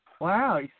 Wow